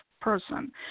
person